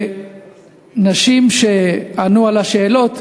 נשים ענו על השאלות.